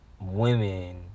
women